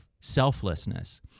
selflessness